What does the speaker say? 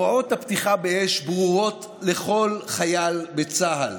שהוראות הפתיחה באש ברורות לכל חייל בצה"ל: